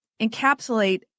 encapsulate